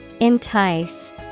Entice